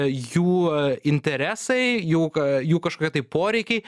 jų interesai jų k jų kažkokie tai poreikiai